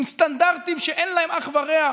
עם סטנדרטים שאין להם אח ורע,